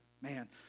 Man